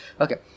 Okay